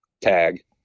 tag